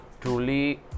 truly